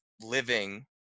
living